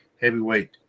heavyweight